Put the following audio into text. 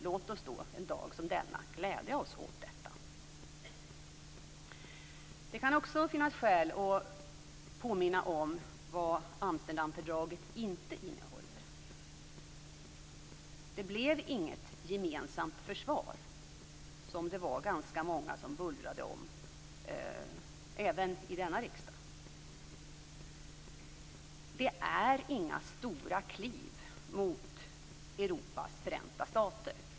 Låt oss då en dag som denna glädja oss åt detta! Det kan också finnas skäl att påminna om vad Amsterdamfördraget inte innehåller. Det blev inget gemensamt försvar, som det var ganska många som bullrade om även i denna riksdag. Det är inga stora kliv mot Europas förenta stater.